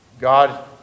God